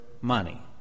money